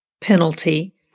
penalty